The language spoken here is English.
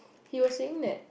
he was saying that